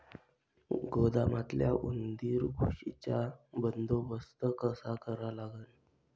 गोदामातल्या उंदीर, घुशीचा बंदोबस्त कसा करा लागन?